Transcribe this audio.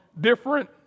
Different